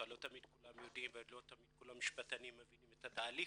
הרי לא תמיד כולם יודעים ולא תמיד כולם משפטנים ומבינים את התהליך,